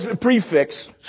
prefix